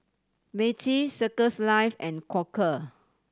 Meiji Circles Life and Quaker